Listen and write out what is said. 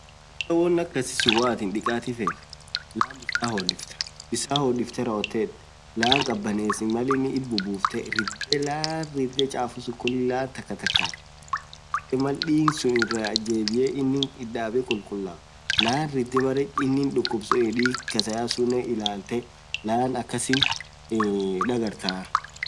woan akasi suun hoo attin dikaati feet bissan hodisitee digg sun irra ditaa duub laan ditee baree digiin kassa yaa suun dagartaa.